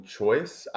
choice